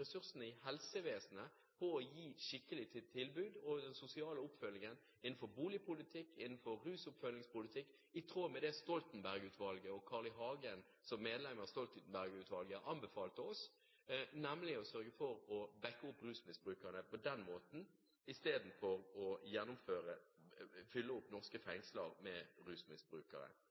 ressursene i helsevesenet til å gi skikkelige tilbud og sosial oppfølging innenfor boligpolitikk og rusoppfølgingspolitikk, i tråd med det Stoltenberg-utvalget – og Carl I. Hagen, som medlem av utvalget – anbefalte oss, nemlig å sørge for å bakke opp rusmisbrukerne i stedet for å fylle opp norske fengsler med rusmisbrukere.